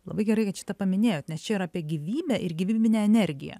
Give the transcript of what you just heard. labai gerai kad šitą paminėjot nes čia yra apie gyvybę ir gyvybinę energiją